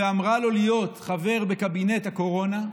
ואמרה לו להיות חבר בקבינט הקורונה.